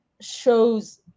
shows